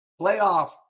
playoff